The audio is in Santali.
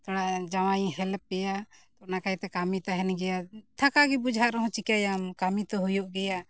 ᱛᱷᱚᱲᱟ ᱡᱟᱶᱟᱭᱤᱧ ᱦᱮᱞᱯ ᱮᱭᱟ ᱚᱱᱟ ᱠᱟᱭᱛᱮ ᱠᱟᱹᱢᱤ ᱛᱟᱦᱮᱱ ᱜᱮᱭᱟ ᱛᱷᱟᱠᱟ ᱜᱮ ᱵᱩᱡᱷᱟᱹᱜ ᱨᱮᱦᱚᱸ ᱪᱮᱠᱟᱭᱟᱢ ᱠᱟᱹᱢᱤ ᱛᱳ ᱦᱩᱭᱩᱜ ᱜᱮᱭᱟ